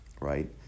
right